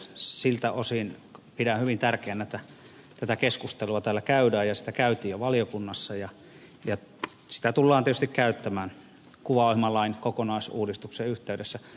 siltä osin pidän hyvin tärkeänä että tätä keskustelua täällä käydään ja sitä käytiin jo valiokunnassa ja sitä tullaan tietysti käymään kuvaohjelmalain kokonaisuudistuksen yhteydessä